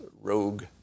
rogue